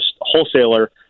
wholesaler